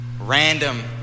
random